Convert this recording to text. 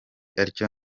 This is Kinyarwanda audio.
atyo